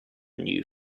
new